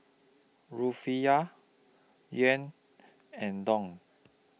Rufiyaa Yuan and Dong